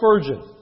Spurgeon